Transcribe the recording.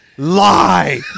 lie